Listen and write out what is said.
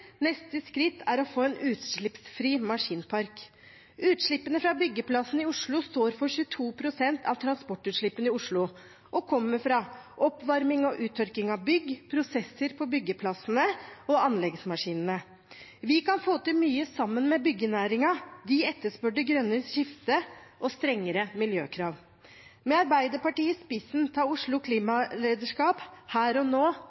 Neste skritt er å få en utslippsfri maskinpark. Utslippene fra byggeplassene i Oslo står for 22 pst. av transportutslippene i Oslo og kommer fra oppvarming og uttørking av bygg, prosesser på byggeplassene og anleggsmaskinene. Vi kan få til mye sammen med byggenæringen. De etterspør det grønne skiftet og strengere miljøkrav. Med Arbeiderpartiet i spissen tar Oslo klimalederskap – her og nå,